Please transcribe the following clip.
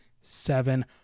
seven